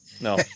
no